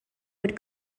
would